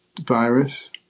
virus